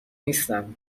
نیستم